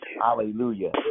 Hallelujah